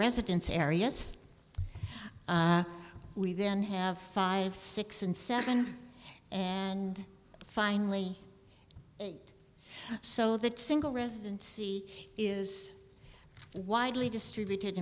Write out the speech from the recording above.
residence areas we then have five six and seven and finally eight so that single residency is widely distributed